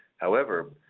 however,